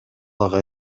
ага